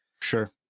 Sure